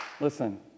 Listen